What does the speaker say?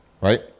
right